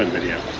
video.